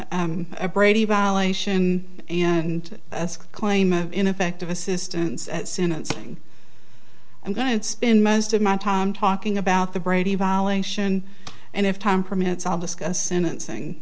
brady violation and claim of ineffective assistance at sentencing i'm going to spend most of my time talking about the brady violation and if time permits i'll discuss sentencing